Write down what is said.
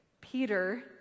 peter